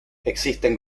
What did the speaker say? existen